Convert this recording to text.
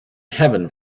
heaven